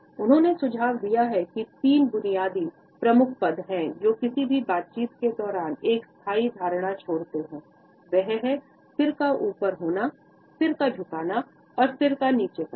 उन्होंने सुझाव दिया है कि तीन बुनियादी प्रमुख पद हैं जो किसी भी बातचीत के दौरान एक स्थायी धारणा छोड़ते हैं वह है सिर का ऊपर होना सिर का झुकाना और सिर को नीचे करना